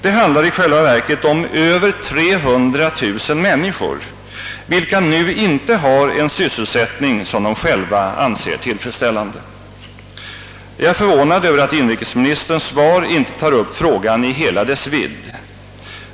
Det handlar i själva verket om över 300 000 människor, vilka nu inte har en sysselsättning som de själva anser tillfredsställande. Jag är förvånad över att inrikesministern i sitt svar inte tar upp frågan i hela dess vidd.